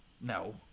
No